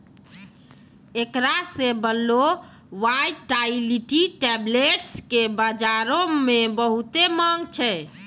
एकरा से बनलो वायटाइलिटी टैबलेट्स के बजारो मे बहुते माँग छै